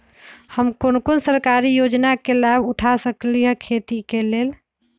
हम कोन कोन सरकारी योजना के लाभ उठा सकली ह खेती के लेल?